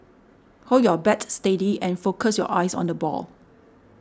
hold your bat steady and focus your eyes on the ball